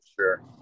sure